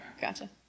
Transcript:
gotcha